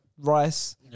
Rice